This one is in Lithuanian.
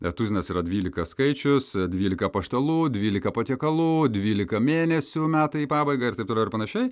na tuzinas yra dvylika skaičius dvylika apaštalų dvylika patiekalų dvylika mėnesių metai į pabaigą ir taip toliau ir panašiai